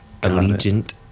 Allegiant